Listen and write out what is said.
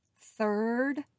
third